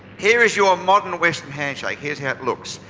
here's your modern western handshake. here's how it looks.